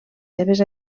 seves